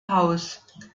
haus